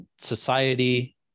society